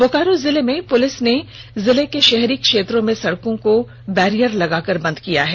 बोकारो जिले में पुलिस ने जिले के शहरी क्षेत्रों में सड़कों को बैरियर लगाकर बंद कर दिया है